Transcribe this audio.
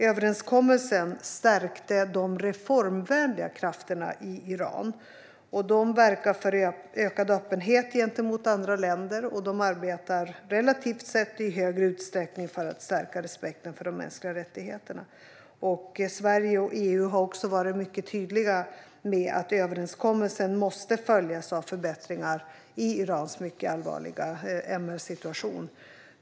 Överenskommelsen stärkte de reformvänliga krafterna i Iran. De verkar för ökad öppenhet gentemot andra länder, och de arbetar relativt sett i större utsträckning för att stärka respekten för de mänskliga rättigheterna. Sverige och EU har varit mycket tydliga med att överenskommelsen måste följas av förbättringar i Irans mycket allvarliga MR-situation.